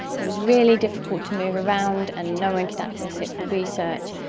it was really difficult to move around and no one could access it for research.